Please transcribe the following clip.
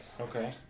Okay